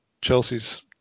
Chelsea's